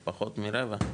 פחות מרבע.